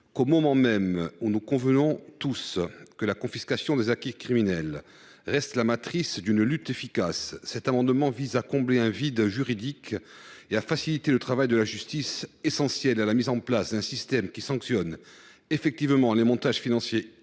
qu’au moment même où nous convenons tous que la confiscation des avoirs criminels demeure la matrice d’une lutte efficace, ces amendements visent à combler un vide juridique et à faciliter le travail de la justice. Celui ci est essentiel à la mise en place d’un système qui sanctionne effectivement les montages financiers